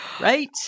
Right